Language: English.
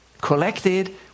Collected